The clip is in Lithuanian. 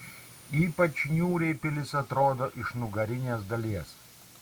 ypač niūriai pilis atrodo iš nugarinės dalies